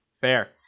Fair